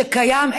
שקיים,